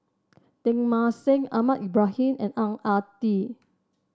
Teng Mah Seng Ahmad Ibrahim and Ang Ah Tee